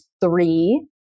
three